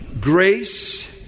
Grace